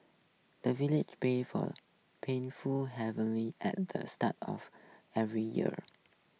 the villagers pray for plentiful harvest at the start of every year